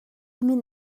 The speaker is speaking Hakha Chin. min